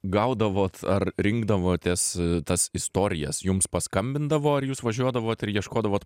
gaudavot ar rinkdavotės tas istorijas jums paskambindavo ar jūs važiuodavot ir ieškodavot